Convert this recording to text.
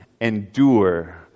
endure